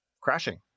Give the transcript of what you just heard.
crashing